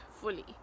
fully